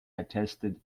attested